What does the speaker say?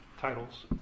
titles